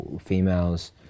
females